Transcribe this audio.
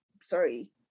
sorry